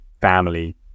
family